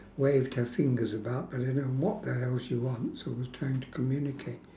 waved her fingers about but I don't know what the hell she wants so I was trying to communicate